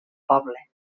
poble